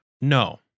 No